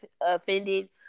offended